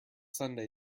sunday